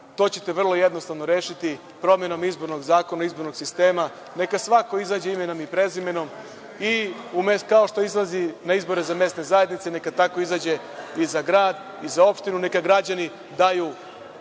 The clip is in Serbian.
to ćete vrlo jednostavno rešiti promenom izbornog zakona, izbornog sistema. Neka svako izađe imenom i prezimenom i kao što izlazi na izbore za mesne zajednice, neka tako izađe i za grad i za opštinu, neka građani daju